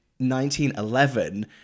1911